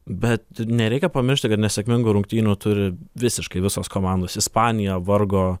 bet nereikia pamiršti kad nesėkmingų rungtynių turi visiškai visos komandos ispanija vargo